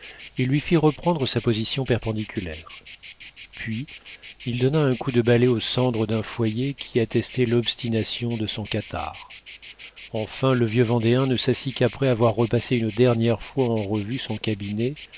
et lui fit reprendre sa position perpendiculaire puis il donna un coup de balai aux cendres d'un foyer qui attestait l'obstination de son catarrhe enfin le vieux vendéen ne s'assit qu'après avoir repassé une dernière fois en revue son cabinet